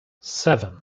seven